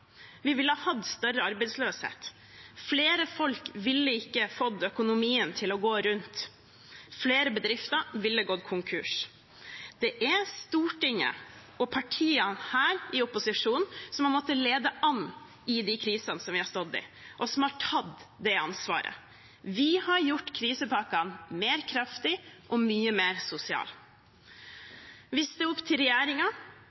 Vi ville hatt større arbeidsløshet, flere folk ville ikke fått økonomien til å gå rundt, flere bedrifter ville gått konkurs. Det er Stortinget og partiene her i opposisjonen som har måttet lede an i disse krisene vi har stått i, og som har tatt det ansvaret. Vi har gjort krisepakkene kraftigere og mye mer